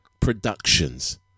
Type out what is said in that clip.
Productions